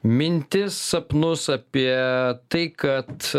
mintis sapnus apie tai kad